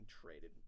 traded